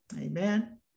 Amen